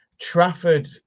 Trafford